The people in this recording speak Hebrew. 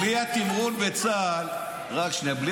בלי התמרון של צה"ל,